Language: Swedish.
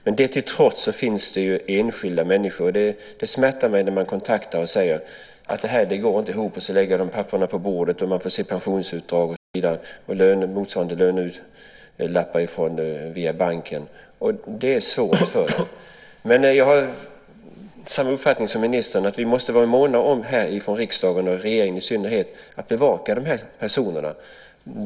Detta till trots finns det enskilda människor som när de kontaktar mig säger, vilket smärtar mig att höra, att det inte går ihop. De lägger papperen på bordet, och jag får se pensionsuttag, motsvarande lönelappar via banken och så vidare. Det är svårt för dem. Jag har samma uppfattning som ministern, det vill säga att riksdagen och regeringen i synnerhet måste vara måna om att bevaka de här personerna.